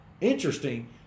interesting